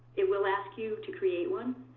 it will ask you to create one.